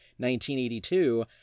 1982